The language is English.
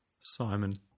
Simon